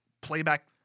playback